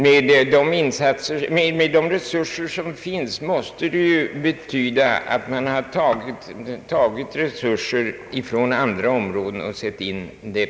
Med tanke på de resurser som finns måste det ju betyda att resurser för detta ändamål togs från andra områden.